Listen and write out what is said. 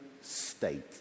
state